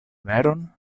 veron